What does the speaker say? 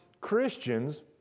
Christians